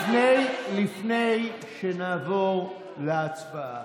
לפני שנעבור להצבעה,